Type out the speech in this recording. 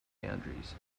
boundaries